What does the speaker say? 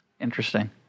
Interesting